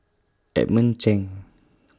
Edmund Cheng